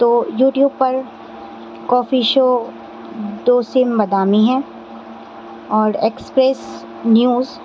تو یوٹیوب پر کافی شو دوسیم مدامی ہے اور ایکسپریس نیوز